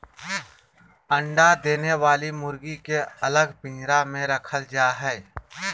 अंडा दे वली मुर्गी के अलग पिंजरा में रखल जा हई